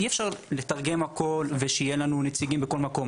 אנחנו נדרשים --- אי אפשר לתרגם הכל ושיהיו לנו נציגים בכל מקום.